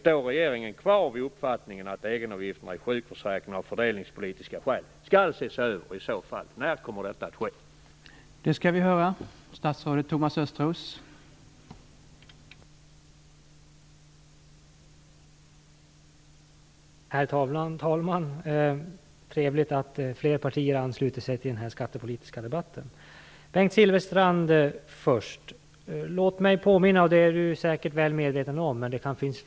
Står regeringen kvar vid uppfattningen att egenavgifterna i sjukförsäkringen av fördelningspolitiska skäl skall ses över, och när kommer detta i så fall att ske?